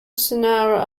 sonora